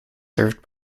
served